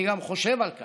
אני גם חושב שהוא